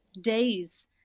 days